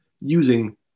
using